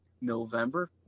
November